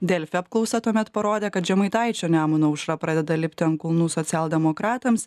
delfi apklausa tuomet parodė kad žemaitaičio nemuno aušra pradeda lipti ant kulnų socialdemokratams